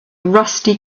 rusty